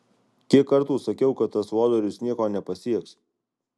kiek kartų sakiau kad tas lodorius nieko nepasieks